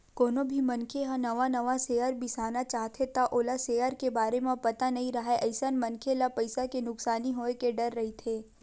कोनो भी मनखे ह नवा नवा सेयर बिसाना चाहथे त ओला सेयर के बारे म पता नइ राहय अइसन मनखे ल पइसा के नुकसानी होय के डर रहिथे